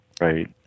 Right